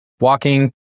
Walking